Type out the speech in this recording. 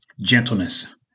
gentleness